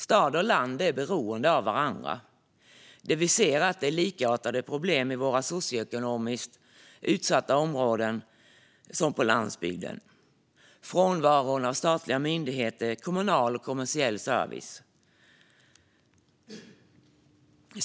Stad och land är beroende av varandra. Det vi ser är att det är likartade problem i våra socioekonomiskt utsatta områden och på landsbygden med frånvaron av statliga myndigheter, kommunal och kommersiell service.